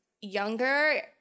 younger